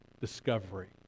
discovery